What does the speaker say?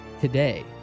Today